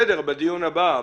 בדיון הבא.